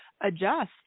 adjust